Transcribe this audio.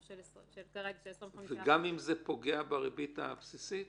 של 25%. גם אם זה פוגע בריבית הבסיסית?